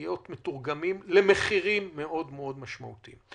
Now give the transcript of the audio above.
להיות מתורגמים למחירים משמעותיים מאוד.